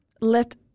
let